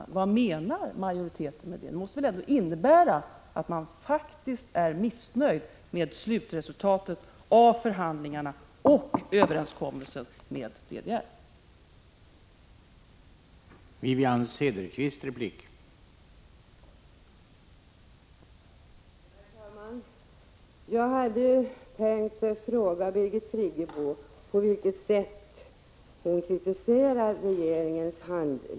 Vad menar majoriteten med det? Det måste väl ändå innebära att man faktiskt är missnöjd med slutresultatet av förhandlingarna och överenskommelsen med DDR.